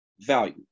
value